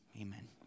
Amen